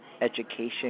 education